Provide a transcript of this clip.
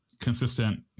consistent